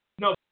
no